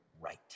right